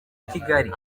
kigali